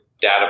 data